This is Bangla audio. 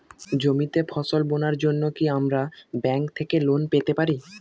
জমিতে ফসল বোনার জন্য কি আমরা ব্যঙ্ক থেকে লোন পেতে পারি?